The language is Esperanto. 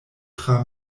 tra